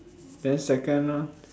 then second round